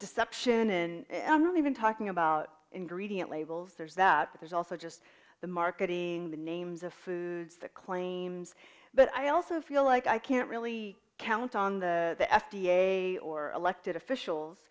deception and i'm not even talking about ingredient labels there's that there's also just the marketing the names of food the claims but i also feel like i can't really count on the f d a or elected officials